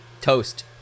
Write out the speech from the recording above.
Toast